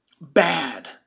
bad